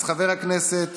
אז חבר הכנסת